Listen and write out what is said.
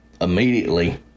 immediately